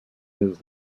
his